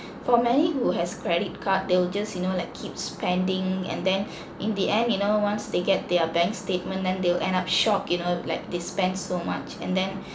for many who has credit card they'll just you know like keep spending and then in the end you know once they get their bank statement then they'll end up shocked you know like they spent so much and then